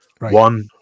One